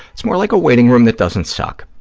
it's more like a waiting room that doesn't suck.